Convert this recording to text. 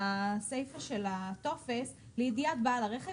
בסיפה של הטופס נכתב "לידיעת בעל הרכב,